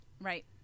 Right